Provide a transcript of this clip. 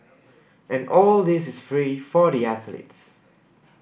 and all this is free for the athletes